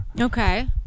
Okay